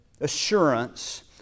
assurance